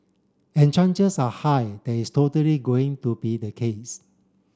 and chances are high that is totally going to be the case